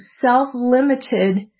self-limited